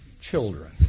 children